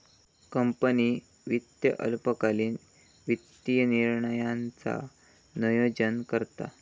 company वित्त अल्पकालीन वित्तीय निर्णयांचा नोयोजन करता